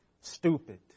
stupid